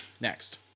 Next